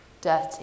dirty